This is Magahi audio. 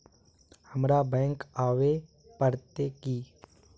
हमरा बैंक आवे पड़ते की?